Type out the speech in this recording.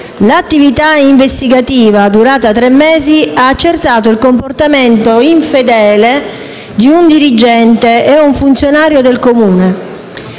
L'attività investigativa, durata tre mesi, ha accertato il comportamento infedele di un dirigente e di un funzionario del Comune,